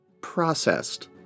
processed